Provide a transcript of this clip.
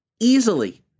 Easily